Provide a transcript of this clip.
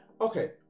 Okay